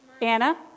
Anna